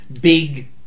big